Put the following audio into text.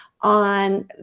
on